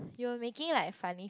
you were making like funny